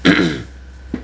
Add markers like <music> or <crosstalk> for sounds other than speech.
<noise>